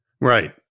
Right